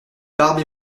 barbe